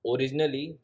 Originally